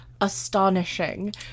astonishing